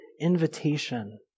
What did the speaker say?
invitation